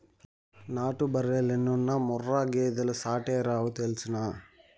నాటు బర్రెలెన్నున్నా ముర్రా గేదెలు సాటేరావు తెల్సునా